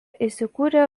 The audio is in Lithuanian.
įsikūrė